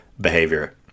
behavior